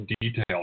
detail